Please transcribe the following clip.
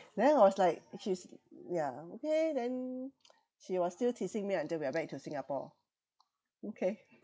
then I was like she's ya okay then she was still teasing me until we are back to Singapore okay